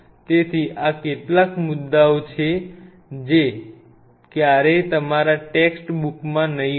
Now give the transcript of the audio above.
તેથી આ કેટલાક મુદ્દાઓ છે જે ક્યારેય તમારા ટેક્સ બૂક માં નહી હોય